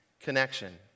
connection